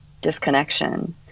disconnection